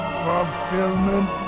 fulfillment